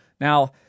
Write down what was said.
Now